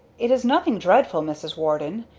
it is nothing dreadful, mrs. warden.